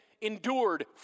endured